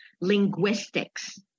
linguistics